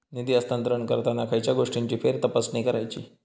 निधी हस्तांतरण करताना खयच्या गोष्टींची फेरतपासणी करायची?